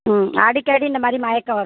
ம் அடிக்கடி இந்த மாதிரி மயக்கம் வரு